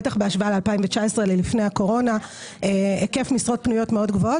בטח בהשוואה ל-2019 לפני הקורונה בהיקף משרות פנויות גבוהות מאוד.